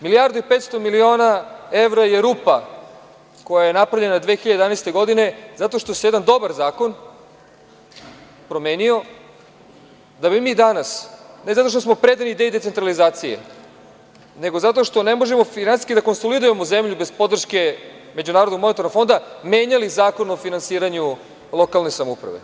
Milijardu i 500 miliona evra je rupa koja je napravljena 2011. godine zato što se jedan dobar zakon promenio da bi mi danas, ne zato što smo predani ideji decentralizacije, nego zato što ne možemo finansijski da konsolidujemo zemlju bez podrške MMF-a, menjali Zakon o finansiranju lokalne samouprave.